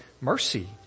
mercy